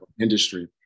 industry